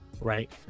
Right